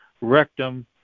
rectum